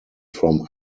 from